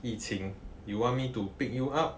yiqing you want me to pick you up